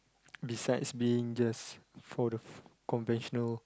besides being just for the conventional